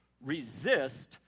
resist